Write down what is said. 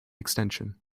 extension